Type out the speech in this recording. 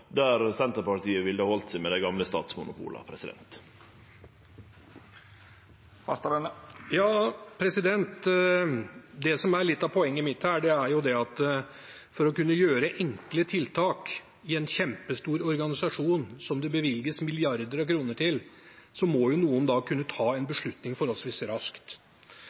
der Senterpartiet ville ha halde seg med dei gamle statsmonopola. Det som er litt av poenget mitt, er at for å kunne gjøre enkle tiltak i en kjempestor organisasjon som det bevilges milliarder av kroner til, må jo noen kunne ta en beslutning forholdsvis raskt.